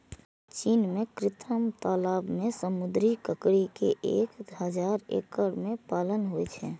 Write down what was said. चीन मे कृत्रिम तालाब मे समुद्री ककड़ी के एक हजार एकड़ मे पालन होइ छै